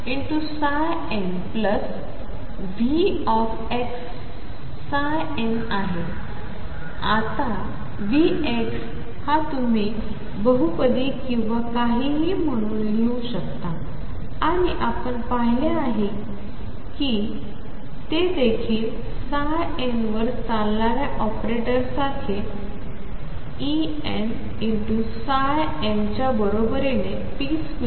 आता V हा तुम्ही बहुपदी किंवा काहीही म्हणून लिहू शकता आणि आपण पाहिले की ते देखील n वर चालणाऱ्या ऑपरेटरसारखे Enn च्या बरोबरीने p2